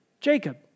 Jacob